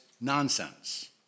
nonsense